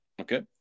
Okay